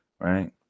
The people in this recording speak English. right